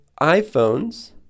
iPhones